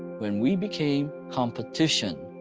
when we became competition,